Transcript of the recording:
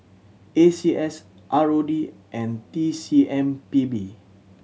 A C S R O D and T C M P B